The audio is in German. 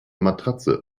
matratze